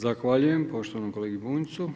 Zahvaljujem poštovanom kolegi Bunjcu.